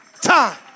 time